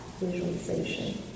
visualization